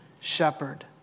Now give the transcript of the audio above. shepherd